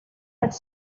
vaig